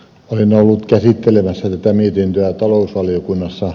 olen ollut käsittelemässä tätä mietintöä talousvaliokunnassa